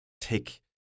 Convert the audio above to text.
take